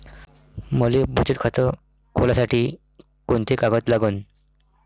मले बचत खातं खोलासाठी कोंते कागद लागन?